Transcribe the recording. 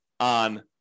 on